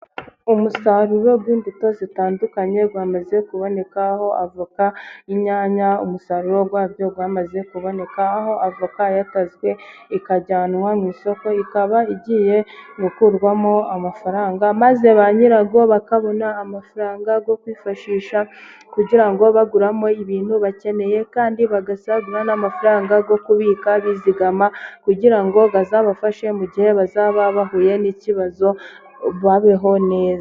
Umusaruro w'imbuto zitandukanye wamaze kuboneka, aho avoka inyanya umusaruro wabyo wamaze kuboneka, aho avoka yatanzwe ikajyanwa mu isoko ikaba igiye gukurwamo amafaranga maze ba nyirabwo bakabona amafaranga yo kwifashisha kugira ngo baguramo ibintu bakeneye, kandi bagasagura n'amafaranga yo kubika bizigama, kugira ngo azabafashe mu gihe bazaba bahuye n'ikibazo babeho neza.